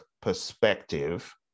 perspective